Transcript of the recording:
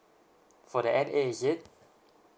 for the N_A is it